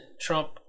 Trump